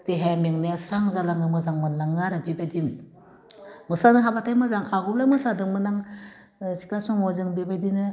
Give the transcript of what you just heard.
देहाया मेंनाया स्रां जालांनो मोजां मोनलाङो आरो बेबायदिनो मोसानो हाबाथाइ मोजां आगोलाव मोसादोंमोन आं सिख्ला समाव जों बेबायदिनो